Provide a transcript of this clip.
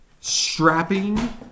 strapping